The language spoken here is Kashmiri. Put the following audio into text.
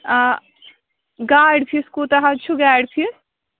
آ گاڑِ فیٖس کوٗتاہ حظ چھُ گاڑِ فیٖس